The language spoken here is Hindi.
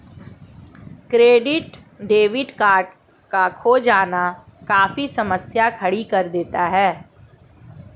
क्रेडिट डेबिट कार्ड का खो जाना काफी समस्या खड़ी कर देता है